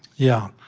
yeah,